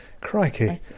Crikey